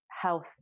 health